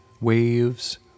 waves